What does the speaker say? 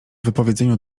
wypowiedzeniu